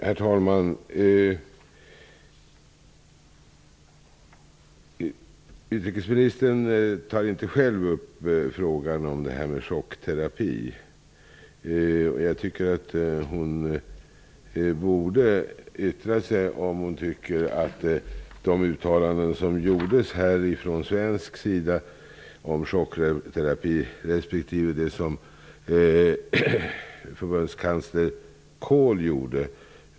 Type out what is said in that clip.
Herr talman! Utrikesministern tar inte själv upp frågan om chockterapi. Jag tycker att hon borde yttra sig om vad hon anser om de uttalanden som gjordes från svensk sida om chockterapi. Jag citerade ett uttalande av förbundskansler Kohl.